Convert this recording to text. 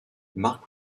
mark